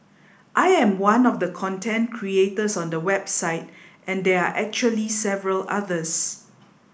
I am one of the content creators on the website and there are actually several others